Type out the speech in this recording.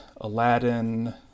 Aladdin